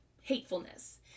hatefulness